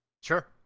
sure